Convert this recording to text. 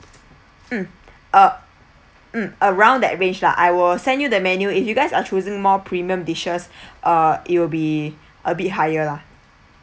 mm uh mm around that range lah I will send you the menu if you guys are choosing more premium dishes ah it will be a bit higher lah